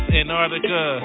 Antarctica